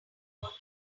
enough